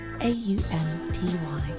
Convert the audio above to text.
A-U-N-T-Y